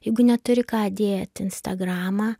jeigu neturi ką dėt į instagramą